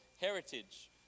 heritage